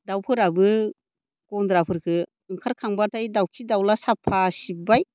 दाउफोराबो ग'न्द्राफोरखौ ओंखारखांबाथाय दाउखि दाउला साबफा सिबबाय